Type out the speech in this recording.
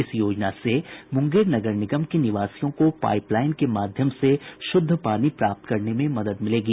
इस योजना से मुंगेर नगर निगम के निवासियों को पाइप लाईन के माध्यम से शुद्ध पानी प्राप्त करने में मदद मिलेगी